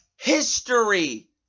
history